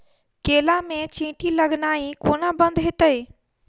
केला मे चींटी लगनाइ कोना बंद हेतइ?